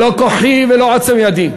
שלא כוחי ולא עוצם ידי.